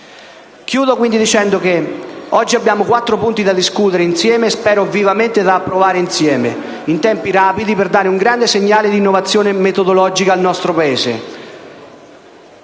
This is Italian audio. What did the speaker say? in *real time.* Oggi abbiamo quattro punti da discutere insieme, e spero vivamente anche da approvare insieme, in tempi rapidi per dare un grande segnale di innovazione metodologica nel nostro Paese;